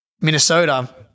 Minnesota